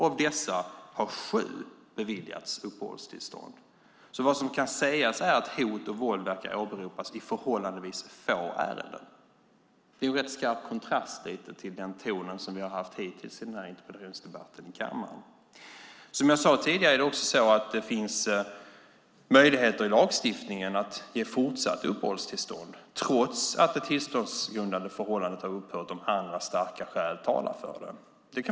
Av dessa har sju beviljats uppehållstillstånd. Vad som kan sägas är att hot och våld verkar åberopas i förhållandevis få ärenden. Det är en rätt skarp kontrast till den ton vi har haft hittills i interpellationsdebatten i kammaren. Som jag sade tidigare finns det möjligheter enligt lagstiftningen att ge fortsatt uppehållstillstånd trots att det tillståndsgrundande förhållandet har upphört om starka skäl talar för det.